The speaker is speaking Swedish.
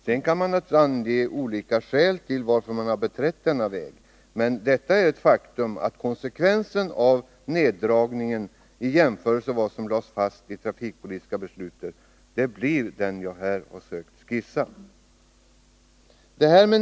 Regeringen kan naturligtvis ange olika skäl till varför man har beträtt denna väg, men faktum är att konsekvensen av neddragningen av anslaget blir den jag här har skisserat.